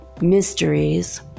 Mysteries